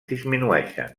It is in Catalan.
disminueixen